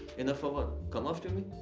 enough for what? come after me?